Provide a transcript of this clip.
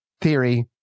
theory